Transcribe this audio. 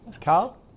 Carl